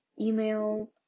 email